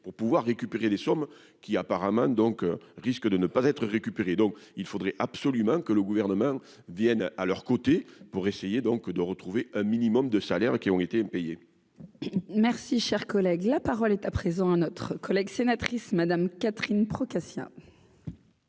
pour pouvoir récupérer les sommes qui apparemment donc risque de ne pas être récupérée, donc il faudrait absolument que le gouvernement Vienne à leurs côtés pour essayer donc de retrouver un minimum de salaire qui ont été payés. Merci, cher collègue, la parole est à présent à notre collègue sénatrice Madame Catherine Procaccia.